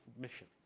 mission